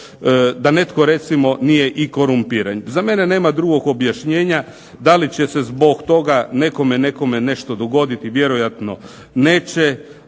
Da netko recimo nije i korumpiran. Za mene nema drugog objašnjenja da li će se zbog toga nekome nešto dogoditi vjerojatno neće.